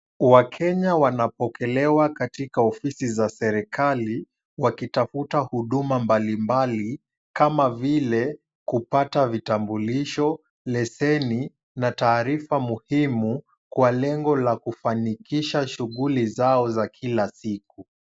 Wakenya wanapokelewa katika ofisi za serikali wakitafuta huduma mbali mbali kama vile kupata vitambulisho lezeni na taarifa muhimu kwa lengo la kufanikisha shughuli zao za kila siku.